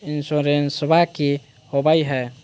इंसोरेंसबा की होंबई हय?